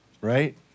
right